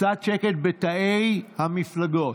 קצת שקט בתאי המפלגות.